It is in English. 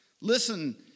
Listen